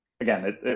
Again